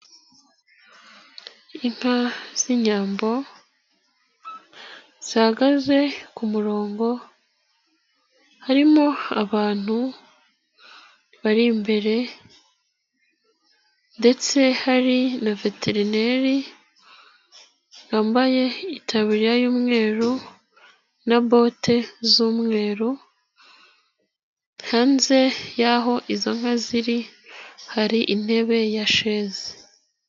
Inka z'inyambo zihagaze ku murongo, harimo abantu bari imbere ndetse hari na veterineri wambaye itabariya y'umweru na bote z'umweru, hanze y'aho izo nka ziri hari intebe ya sheze.